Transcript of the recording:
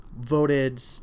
voted